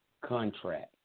contract